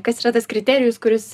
kas yra tas kriterijus kuris